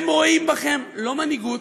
הם רואים בכם לא מנהיגות,